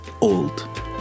old